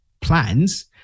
plans